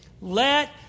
Let